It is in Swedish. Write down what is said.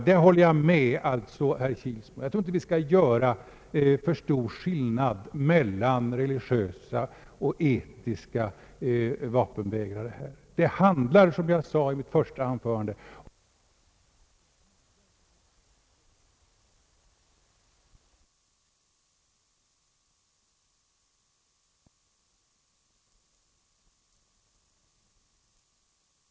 Jag håller med herr Kilsmo om att vi inte skall göra för stor skillnad mellan religiösa och etiska vapenvägrare. Det rör sig, som jag sade i mitt första anförande, om samvetsreaktioner, om samvetsupplevelser, som innerst inne torde vara tämligen likartade.